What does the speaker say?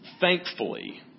thankfully